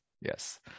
yes